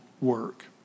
work